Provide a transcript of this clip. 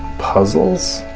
puzzles.